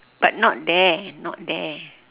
but not there not there